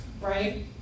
right